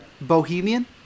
Bohemian